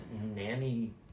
nanny